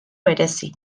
berezi